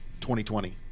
2020